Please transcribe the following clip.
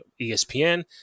ESPN